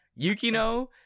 Yukino